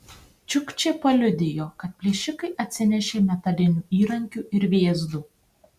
čiukčė paliudijo kad plėšikai atsinešė metalinių įrankių ir vėzdų